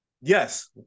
yes